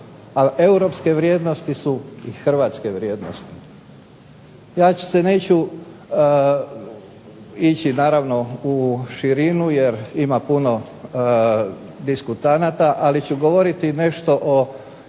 Europske vrijednosti su Hrvatske vrijednosti. Ja se neću ići naravno u širinu jer ima puno diskutanata ali ću govoriti nešto o